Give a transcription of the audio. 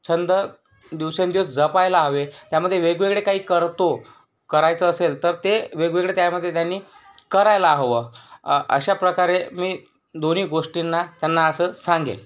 छंद दिवसेंदिवस जपायला हवा त्यामध्ये वेगवेगळे काही करतो करायचं असेल तर ते वेगवेगळे त्यामध्ये त्यांनी करायला हवं अशाप्रकारे मी दोन्ही गोष्टींना त्यांना असं सांगेन